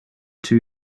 two